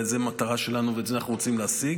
כאילו זו המטרה שלנו ואת זה אנחנו רוצים להשיג.